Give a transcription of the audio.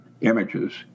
images